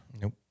Nope